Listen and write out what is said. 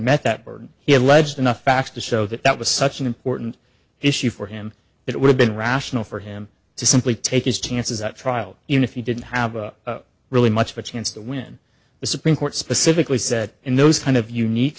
met that burden he had alleged enough facts to show that that was such an important issue for him it would have been rational for him to simply take his chances at trial even if he didn't have really much of a chance to win the supreme court specifically said in those kind of unique